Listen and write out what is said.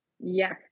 Yes